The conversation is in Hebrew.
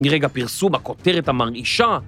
‫מרגע פרסום הכותרת המרעישה.